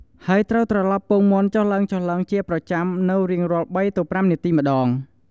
ហើយត្រូវត្រឡប់ពងមាន់ចុះឡើងៗជាប្រចាំ នូវរៀងរាល់ ៣ទៅ៥ នាទីម្តង។